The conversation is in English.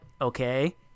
okay